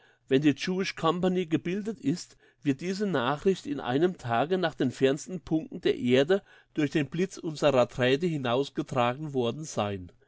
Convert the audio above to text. wenn die jewish company gebildet ist wird diese nachricht in einem tage nach den fernsten punkten der erde durch den blitz unserer drähte hinausgetragen worden sein